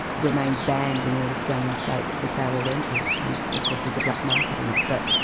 remains banned in all australian states for sale or rental, and of course there's a black market in it. but